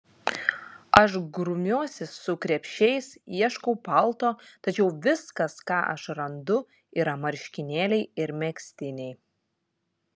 aš grumiuosi su krepšiais ieškau palto tačiau viskas ką aš randu yra marškinėliai ir megztiniai